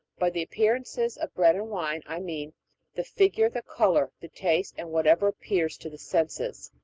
by the appearances of bread and wine i mean the figure, the color, the taste, and whatever appears to the senses.